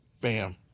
Bam